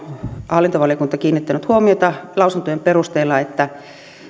hallintovaliokunta kiinnittänyt huomiota lausuntojen perusteella